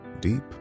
deep